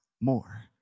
more